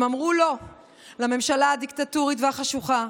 הם אמרו לא לממשלה הדיקטטורית והחשוכה,